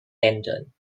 ändern